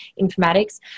informatics